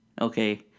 Okay